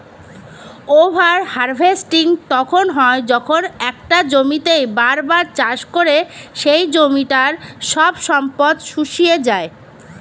over harvesting তখন হয় যখন একটা জমিতেই বার বার চাষ করে সেই জমিটার সব সম্পদ শুষিয়ে যায়